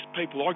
people